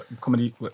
comedy